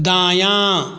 दायाँ